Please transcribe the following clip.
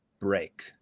break